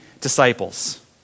disciples